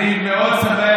אני מאוד שמח,